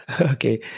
okay